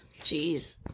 Jeez